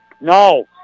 No